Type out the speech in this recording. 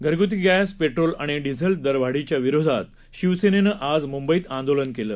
घरगुती gas petrol आणि diesel दरवाढीच्या विरोधात शिवसेनेनं आज मुंबईत आंदोलन केलं